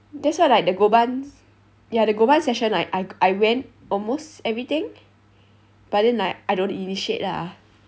that's why like the go ban's ya the go ban's session I I went almost everything but then like I don't initiate lah